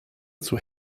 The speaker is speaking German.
zur